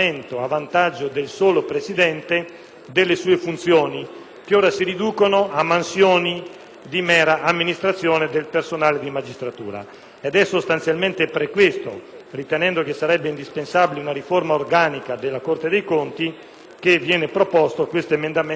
che ora si riducono a mansioni di mera amministrazione del personale di magistratura, ed è sostanzialmente per questo, ritenendo che sarebbe indispensabile una riforma organica della Corte dei conti, che viene proposto l'emendamento soppressivo 9.300.